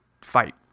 Fight